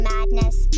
Madness